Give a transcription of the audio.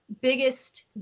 biggest